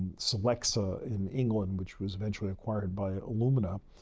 solexa in england, which was eventually acquired by illumina,